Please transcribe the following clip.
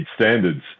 standards